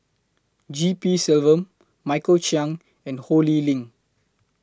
G P Selvam Michael Chiang and Ho Lee Ling